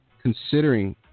Considering